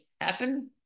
happen